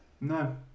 No